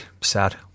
sad